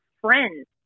friends